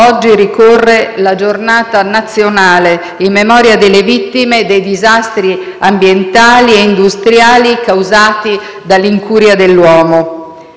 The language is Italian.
oggi ricorre la Giornata nazionale in memoria delle vittime dei disastri ambientali e industriali causati dall'incuria dell'uomo.